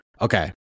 Okay